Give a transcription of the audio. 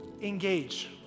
Engage